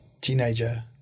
teenager